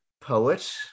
poet